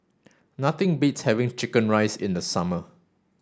nothing beats having chicken rice in the summer